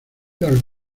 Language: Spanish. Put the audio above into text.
los